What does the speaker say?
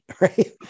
right